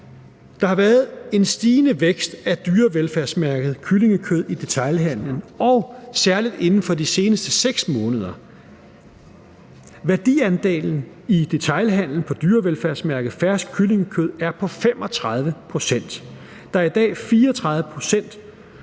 Der har været en stigende vækst af dyrevelfærdsmærket kyllingekød i detailhandelen, særlig inden for de seneste 6 måneder. Værdiandelen i detailhandelen for dyrevelfærdsmærket fersk kyllingekød er på 35 pct. Der er i dag 34 pct.